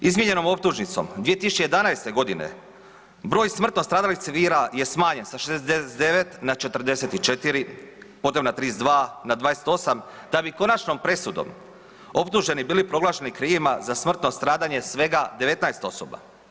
Izmijenjenom optužnicom 2011.g. broj smrtno stradalih civila je smanjen sa 69 na 44 … [[Govornik se ne razumije]] 32 na 28, da bi konačnom presudom optuženi bili proglašeni krivima za smrtno stradanje svega 19 osoba.